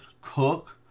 cook